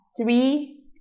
three